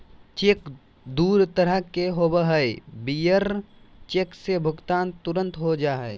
cheque दू तरह के होबो हइ, बियरर चेक से भुगतान तुरंत हो जा हइ